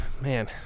Man